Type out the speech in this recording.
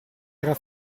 era